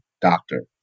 doctor